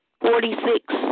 forty-six